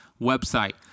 website